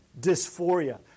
dysphoria